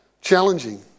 Challenging